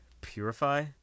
purify